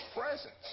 presence